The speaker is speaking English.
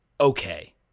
okay